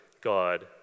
God